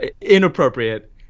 inappropriate